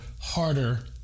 harder